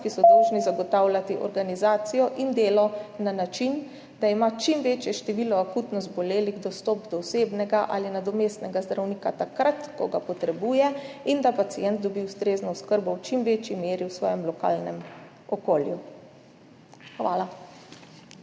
ki so dolžni zagotavljati organizacijo in delo na način, da ima čim večje število akutno zbolelih dostop do osebnega ali nadomestnega zdravnika takrat, ko ga potrebuje, in da pacient dobi ustrezno oskrbo v čim večji meri v svojem lokalnem okolju. Hvala.